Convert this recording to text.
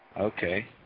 Okay